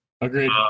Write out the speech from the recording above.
Agreed